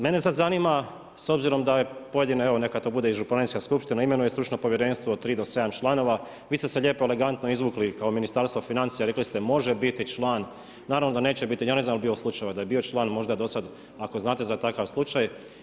Mene sad zanima, s obzirom, da je pojedine, evo neka to bude i županijska skupština imenuje stručno povjerenstvo od 3 do 7 članova, vi ste se lijepo elegantno izvukli kao Ministarstvo financija, rekli ste može biti član, naravno da neće biti, ja ne znam da je bilo slučajeva da je bio slučajeva, da je bio član, možda do sad ako znate za takav slučaj.